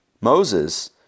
Moses